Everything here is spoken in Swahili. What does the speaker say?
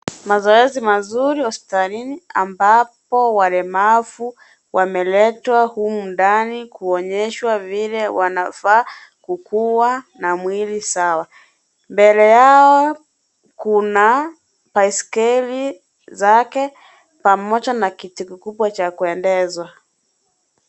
Mazoezi mazuri hospitalini, ambapo walemavu wameletwa humu ndani, kuonyeshwa vile wanafaa kukua na mwili sawa. Mbele yao kuna baiskeli zake pamoja na kiti kikubwa cha kuendeshwa.